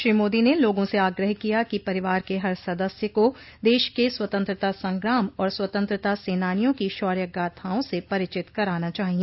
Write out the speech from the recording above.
श्री मोदी ने लोगों से आग्रह किया कि परिवार के हर सदस्य को दश के स्वतंत्रता संग्राम और स्वतंत्रता सेनानियों की शौर्य गाथाओं से परिचित कराना चाहिए